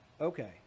Okay